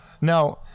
Now